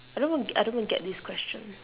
I don't even get I don't even get this question